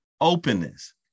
openness